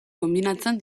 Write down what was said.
konbinatzen